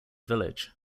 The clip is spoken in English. village